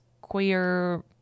queer